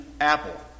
apple